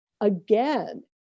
again